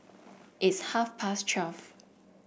its half past twelve